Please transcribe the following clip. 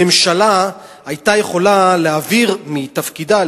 הממשלה היתה יכולה להעביר מתפקידה,